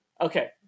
Okay